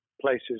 places